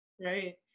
Right